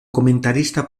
comentarista